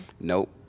Nope